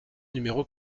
numéro